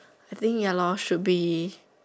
I think ya lor should be